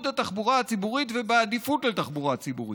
התחבורה הציבורית ועדיפות לתחבורה הציבורית.